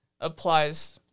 applies